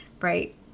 right